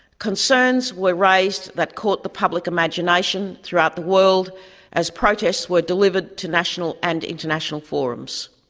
concerns were raised that caught the public imagination throughout the world as protests were delivered to national and international forums.